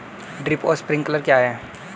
Drip और sprinkler क्या हैं?